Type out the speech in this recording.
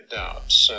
doubts